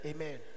Amen